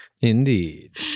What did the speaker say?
Indeed